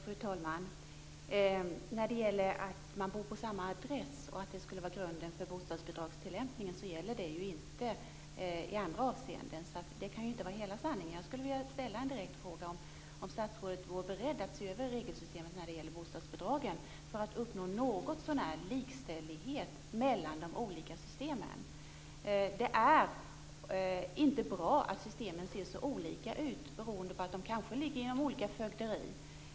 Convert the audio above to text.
Fru talman! Det faktum att man bor på samma adress skulle alltså vara grunden för bostadsbidragstillämpningen, men det gäller inte i andra avseenden. Det kan inte vara hela sanningen. Jag skulle vilja ställa en direkt fråga om statsrådet är beredd att se över regelsystemet när gäller bostadsbidragen för att uppnå något så när likställighet mellan de olika systemen. Det är inte bra att systemen ser så olika ut beroende på att de kanske ligger inom olika fögderier.